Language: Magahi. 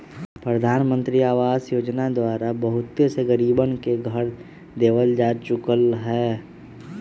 प्रधानमंत्री आवास योजना के द्वारा बहुत से गरीबन के घर देवल जा चुक लय है